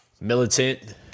militant